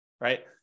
right